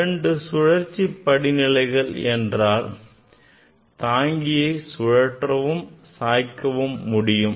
இரண்டு சுழற்சி படிநிலைகள் என்றால் தாங்கியை சுழற்றவும் சாய்க்கவும் முடியும்